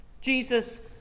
Jesus